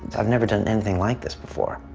i've never done anything like this before.